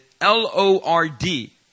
L-O-R-D